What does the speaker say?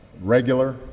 regular